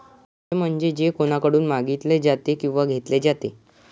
कर्ज म्हणजे जे कोणाकडून मागितले जाते किंवा घेतले जाते